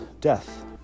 death